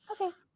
Okay